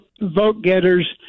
vote-getters